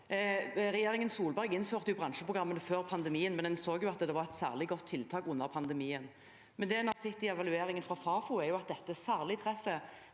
Regjeringen Solberg innførte bransjeprogrammene før pandemien, men en så jo at det var et særlig godt tiltak under pandemien. Det en har sett i evalueringen fra Fafo, er at dette særlig treffer